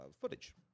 footage